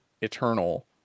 Eternal